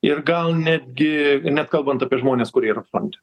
ir gal netgi ir net kalbant apie žmones kurie ir fronte